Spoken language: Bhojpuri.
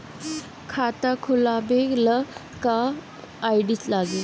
खाता खोलाबे ला का का आइडी लागी?